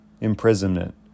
imprisonment